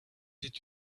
did